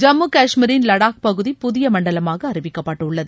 ஜம்மு காஷ்மீரின் லடாக் பகுதி புதிய மண்டலமாக அறிவிக்கப்பட்டுள்ளது